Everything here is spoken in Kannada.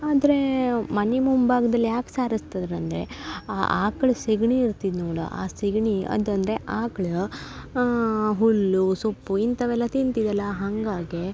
ಆದರೆ ಮನೆ ಮುಂಭಾಗ್ದಲ್ಲಿ ಯಾಕೆ ಸಾರಸ್ತಿದ್ರ್ ಅಂದರೆ ಆ ಆಕಳ ಸೆಗಣಿ ಇರ್ತಿದ್ದು ನೋಡಿ ಆ ಸೆಗಣಿ ಅದು ಅಂದರೆ ಆಕಳ ಹುಲ್ಲು ಸೊಪ್ಪು ಇಂಥವೆಲ್ಲ ತಿಂತಿತಿಲ್ಲ ಹಾಗಾಗೆ